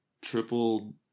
triple